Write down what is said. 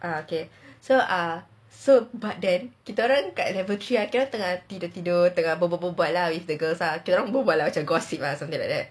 ah okay so ah so but then kita orang dekat level three kita orang tengah tidur-tidur tengah berbual berbual ah with the girls ah kita orang berbual ah macam gossip something like that